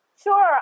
Sure